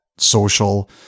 social